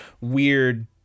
weird